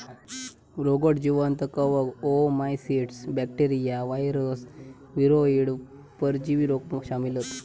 रोगट जीवांत कवक, ओओमाइसीट्स, बॅक्टेरिया, वायरस, वीरोइड, परजीवी रोपा शामिल हत